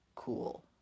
cool